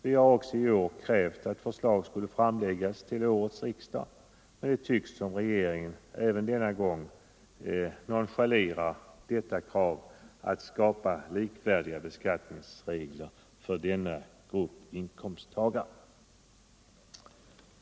Vi har också i år krävt att förslag skulle framläggas till årets riksdag, men även i år tycks regeringen nonchalera detta krav att skapa likvärdiga beskattningsregler för denna grupp inkomsttagare.